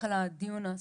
לנשים.